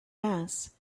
mass